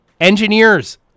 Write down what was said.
engineers